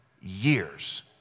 years